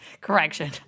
Correction